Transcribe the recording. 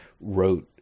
wrote